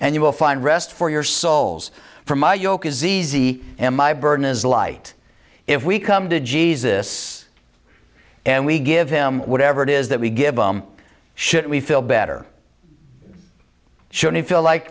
and you will find rest for your souls for my yoke is easy and my burden is light if we come to jesus and we give him whatever it is that we give him should we feel better should we feel like